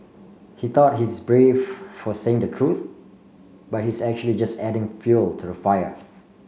he thought he's brave for saying the truth but he's actually just adding fuel to the fire